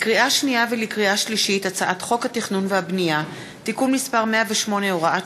7 מזכירת הכנסת ירדנה מלר-הורוביץ: 7 נאומים בני דקה 11 איל בן ראובן